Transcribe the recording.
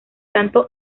tanto